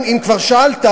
אם כבר שאלת,